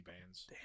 bands